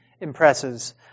impresses